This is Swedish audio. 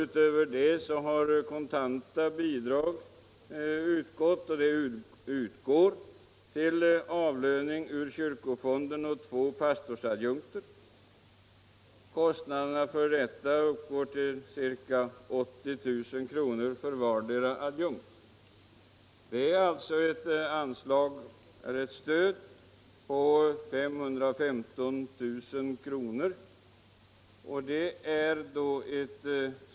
Utöver det har kontanta bidrag utgått och utgår fortfarande till avlöning ur kyrkofonden av två pastorsadjunkter. Kostnaderna för detta uppgår till ca 80 000 kr. för vardera adjunkt. Det är alltså ett stöd på 515 000 kr.